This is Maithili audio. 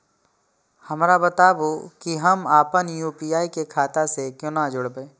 हमरा बताबु की हम आपन यू.पी.आई के खाता से कोना जोरबै?